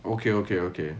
okay okay okay